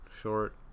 short